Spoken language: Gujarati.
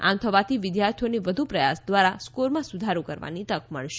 આમ થવાથી વિદ્યાર્થીઓને વધુ પ્રયાસ દ્વારા સ્કોરમાં સુધારો કરવાની તક મળશે